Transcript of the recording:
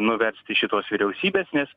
nuversti šitos vyriausybės nes